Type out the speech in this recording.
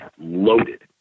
loaded